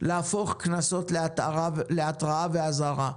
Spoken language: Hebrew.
להפוך את הקנסות להתראה ואזהרה,